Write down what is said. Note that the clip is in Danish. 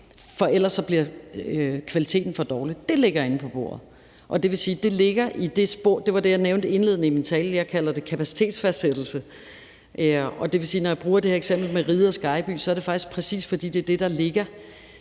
gor ellers bliver kvaliteten for dårlig. Det ligger inde på bordet, og det vil sige, at det ligger i det spor – og det var det, jeg nævnte i indledningen af min tale – som jeg kalder kapacitetsfastsættelse. Og når jeg bruger det her eksempel med Riget og Skejby, så er det faktisk præcis, fordi det er det, der ligger